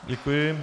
Děkuji.